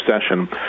session